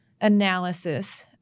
analysis